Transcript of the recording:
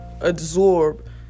absorb